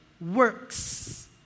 works